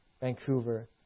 Vancouver